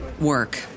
work